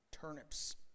turnips